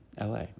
LA